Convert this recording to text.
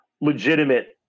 legitimate